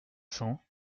cents